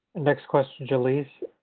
next question, jalyce.